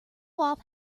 off